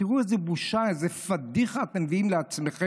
תראו איזה בושה, איזו פדיחה אתם מביאים לעצמכם.